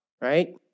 right